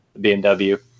BMW